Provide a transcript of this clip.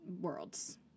worlds